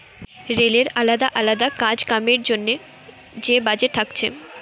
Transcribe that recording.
রেলের আলদা আলদা কাজ কামের জন্যে যে বাজেট থাকছে